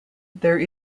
there